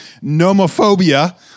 nomophobia